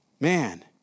man